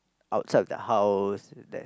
outside of the house there's